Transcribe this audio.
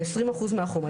זה 20% מהחומר.